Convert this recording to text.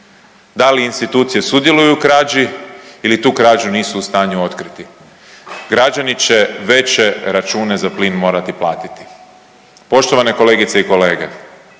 da li institucije sudjeluju u krađi ili tu krađu nisu u stanju otkriti. Građani će veće račune za plin morati platiti. Poštovane kolegice i kolege,